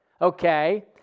okay